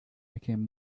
became